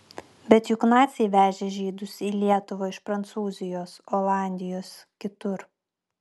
bet juk naciai vežė žydus į lietuvą iš prancūzijos olandijos kitur